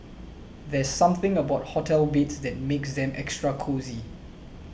there's something about hotel beds that makes them extra cosy